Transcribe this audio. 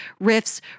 riffs